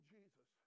Jesus